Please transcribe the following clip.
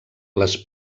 les